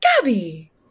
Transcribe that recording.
gabby